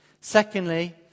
Secondly